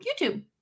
YouTube